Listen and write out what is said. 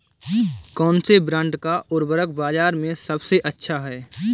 कौनसे ब्रांड का उर्वरक बाज़ार में सबसे अच्छा हैं?